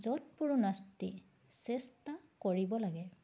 যৎপৰোনাস্তি চেষ্টা কৰিব লাগে